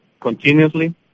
continuously